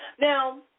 Now